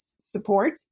support